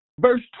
verse